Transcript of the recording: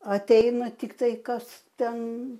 ateina tiktai kas ten